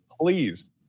Please